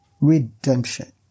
redemption